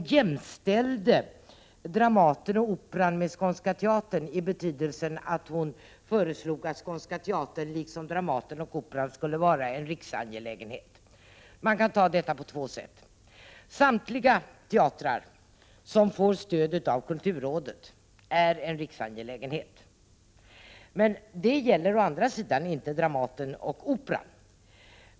Hon jämställde Dramaten och Operan med Skånska teatern och föreslog att Skånska teatern liksom Dramaten och Operan skulle vara en riksangelägenhet. Man kan ta detta på två sätt. Samtliga teatrar som får stöd av kulturrådet är riksangelägenheter. Men det gäller inte Dramaten och Operan.